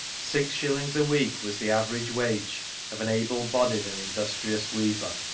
six shillings a week was the average wage. of an able-bodied and industrious weaver.